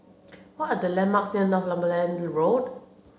what are the landmarks near Northumberland Road